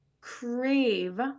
crave